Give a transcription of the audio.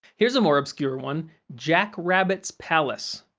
here's a more obscure one jack rabbit's palace.